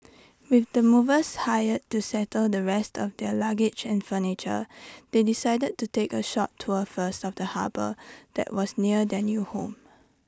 with the movers hired to settle the rest of their luggage and furniture they decided to take A short tour first of the harbour that was near their new home